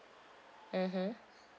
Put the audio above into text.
mmhmm